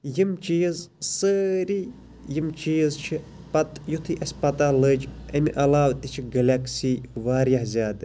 یِم چیٖز سٲری یِم چیٖز چھِ پَتہٕ یُتھٕے اَسہِ پَتاہ لٔج امہِ علاوٕ تہِ چھِ گلیٚکسی واریاہ زیادٕ